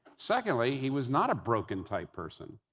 secondly, he was not a broken type person.